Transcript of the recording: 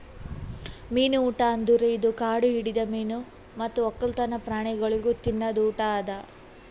ಮೀನು ಊಟ ಅಂದುರ್ ಇದು ಕಾಡು ಹಿಡಿದ ಮೀನು ಮತ್ತ್ ಒಕ್ಕಲ್ತನ ಪ್ರಾಣಿಗೊಳಿಗ್ ತಿನದ್ ಊಟ ಅದಾ